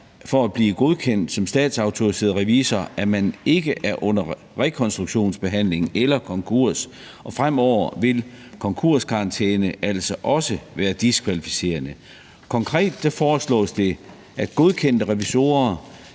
for at blive godkendt som statsautoriseret revisor, at man ikke er under rekonstruktionsbehandling eller konkurs, og fremover vil konkurskarantæne altså også være diskvalificerende. Konkret foreslås det, at godkendte revisorer